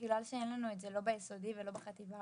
בגלל שאין לנו את זה לא בבית הספר היסודי ולא בחטיבות